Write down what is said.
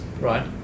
right